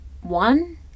one